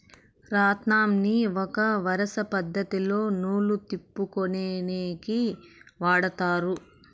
రాట్నంని ఒక వరుస పద్ధతిలో నూలు తిప్పుకొనేకి వాడతారు